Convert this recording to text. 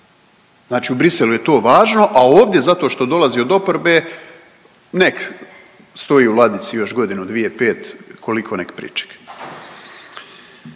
Znači u Bruxellesu je to važno, a ovdje zato što dolazi od oporbe nek stoji u ladici još godinu, 2, 5 koliko nek pričeka